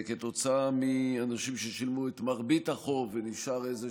או כשאנשים שילמו את מרבית החוב ונשארה איזו